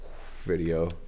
video